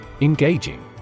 Engaging